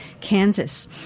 Kansas